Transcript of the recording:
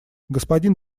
господин